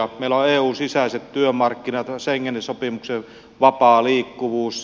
meillä on eun sisäiset työmarkkinat schengenin sopimuksen vapaa liikkuvuus